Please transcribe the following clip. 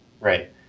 Right